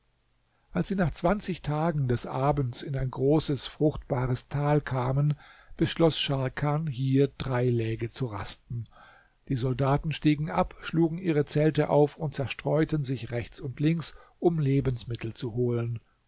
als sie nach zwanzig tagen des abends in ein großes fruchtbares tal kamen beschloß scharkan hier drei läge zu rasten die soldaten stiegen ab schlugen ihre zelte auf und zerstreuten sich rechts und links um lebensmittel zu holen